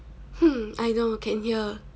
hmm I know can hear